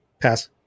Pass